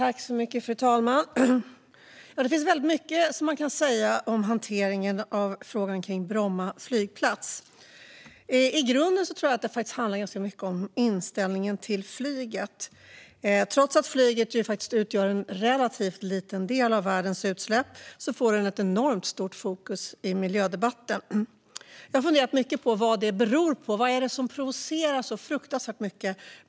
Fru talman! Man kan säga väldigt mycket om hanteringen av frågan om Bromma flygplats. Jag tror att det i grunden handlar mycket om inställningen till flyget. Trots att flyget utgör en relativt liten del av världens utsläpp får det ett enormt stort fokus i miljödebatten. Jag har funderat mycket på vad det beror på. Vad är det med flyget som provocerar så fruktansvärt mycket?